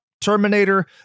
Terminator